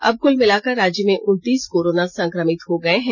अब कुल मिलाकर राज्य में उनतीस कोरोना संक्रमित हो गये हैं